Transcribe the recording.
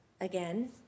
again